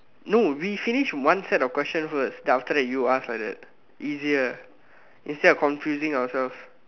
no we finish one set of question first then after that you ask like that easier instead of confusing ourselves